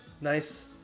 nice